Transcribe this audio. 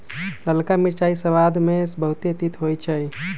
ललका मिरचाइ सबाद में बहुते तित होइ छइ